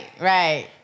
Right